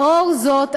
לאור זאת,